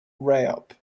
raop